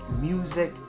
music